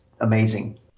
amazing